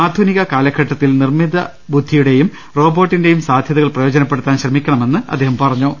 ആധുനിക കാലഘട്ടത്തിൽ നിർമിത ബുദ്ധിയുടെയും റോബോട്ടിന്റെയും സാധ്യതകൾ പ്രയോജനപ്പെടുത്താൻ ശ്രമിക്കണമെന്ന് അദ്ദേഹം പറഞ്ഞു